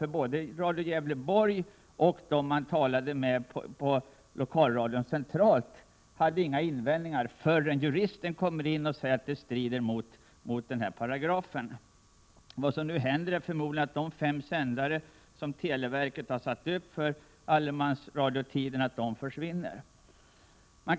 Varken ledningen för Radio Gävleborg eller den centrala ledningen för lokalradion hade några invändningar förrän lokalradions jurist förklarade att sändningarna stred mot nämnda paragraf. Nu kommer förmodligen de fem sändare som televerket monterat för allemansradions räkning att försvinna.